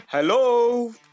Hello